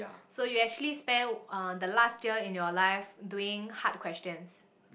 so you actually spent uh the last year in your life doing hard questions